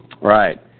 Right